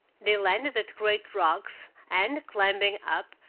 they landed at the great rocks, and, climbing up,